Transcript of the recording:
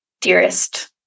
dearest